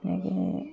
এনেকে